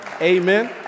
Amen